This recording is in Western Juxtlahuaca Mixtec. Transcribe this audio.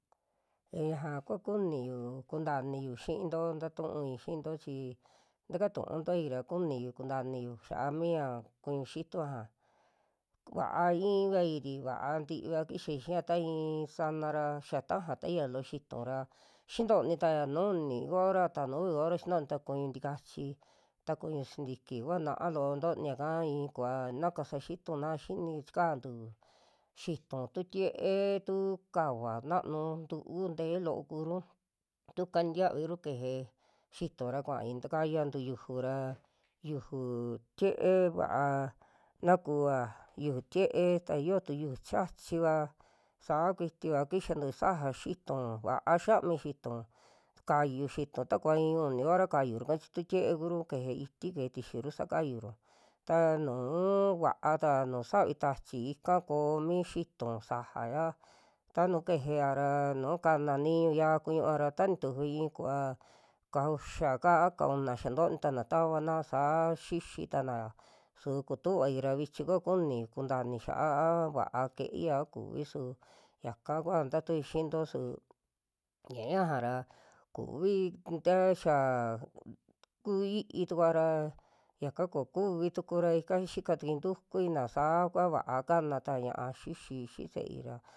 Ya ñaja kua kuniyu kuntaa iniyu xiinto tatuui xiito chi taka tu'untoi ra kuniyu kuntaa iniyu xa'a miya kuñu xituu ñaja, va'a i'ivairi, va'a tiva kixai xiiya ta i'i saana ra xa tajataia loo xituu ra, xintonitaya nuu uni hora'ta nuu uvi hora xintoni ta kuñu tikachi, ta kuñu sintiki kua na'a loo ntonikaa i'in kuva na kasa xitunaa xini chikantu xitu tu tie'e tuu kava nanu ntu'u ntee loo kuru tuka tiaavi'ru keje xituu, ra kuai takayantu yuju ra, yuju tiee vaa na kuva, yuju tiee ta yiotu yuju chiachivaa sa kuitiva kixantu saja xituu, va'a xami xituu, kayu xituu takuva i'i uni hora kuruka chi tu'u tiee kuru, keje iti keje tixiru sa kayuru taa nuu va'ata, nuu savu tachi ika ko'o mi xituu sajaya, ta nu kejeya ra nu kanaa niñu ya'a kuñuva ra ta nitufi i'i kuva ka'uxa kaa a ka'una xaa tonitana tavana saa xixitanaa su kutuvai ta vichi kua kuniu kuntaa ini xia'a a vaa keia a kuvi su yaka kua tatuii xi'into su ya ñaja ra kuvi ta xiaa kui'i tukua ta yaka koo kuvi tukura ika xika tukuina, saa kua va'a kanata ñia'a xixi xii se'ei ra.